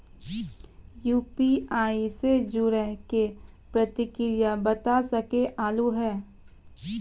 UPI से जुड़े के प्रक्रिया बता सके आलू है?